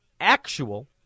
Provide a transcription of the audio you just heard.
actual